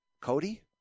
Cody